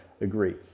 agree